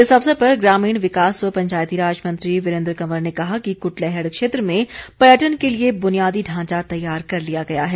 इस अवसर पर ग्रामीण विकास व पंचायतीराज मंत्री वीरेन्द्र कंवर ने कहा कि कुटलैहड़ क्षेत्र में पर्यटन के लिए बुनियादी ढांचा तैयार कर लिया गया है